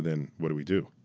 then, what do we do?